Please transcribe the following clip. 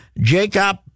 Jacob